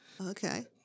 Okay